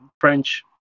French